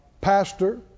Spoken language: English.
pastor